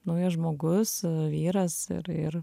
naujas žmogus vyras ir ir